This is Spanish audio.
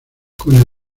con